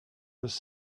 was